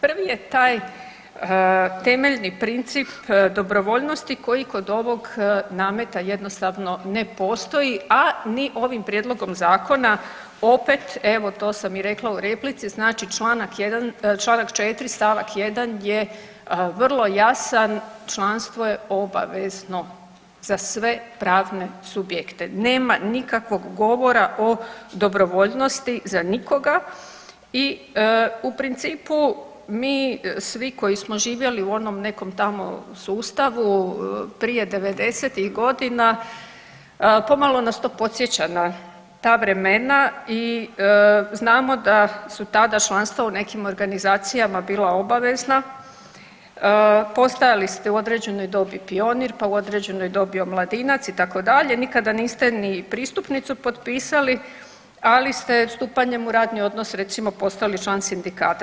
Prvi je taj temeljni princip dobrovoljnosti koji kod ovog nameta jednostavno ne postoji, a ni ovim prijedlogom zakona opet evo to sam rekla u replici znači čl. 4. st. 1. je vrlo jasan, članstvo je obavezno za sve pravne subjekte, nema nikakvog govora o dobrovoljnosti za nikoga i u principu mi svi koji smo živjeli u onom nekom tamo sustavu prije devedesetih godina pomalo nas to podsjeća na ta vremena i znamo da su tada članstva u nekim organizacijama bila obavezna, postojali ste u određenoj dobio pionir, a u određenoj dobi omladinac itd. nikada niste ni pristupnicu potpisali, ali ste stupanjem u radni odnos recimo postali član sindikata.